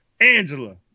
Angela